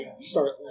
start